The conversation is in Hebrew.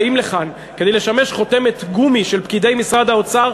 באים לכאן כדי לשמש חותמת גומי של פקידי משרד האוצר,